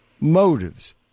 motives